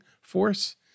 force